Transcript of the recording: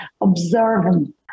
observing